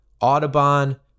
Audubon